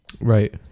right